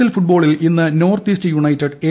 L ഫുട്ബോളിൽ ഇന്ന് north east united A